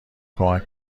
کمک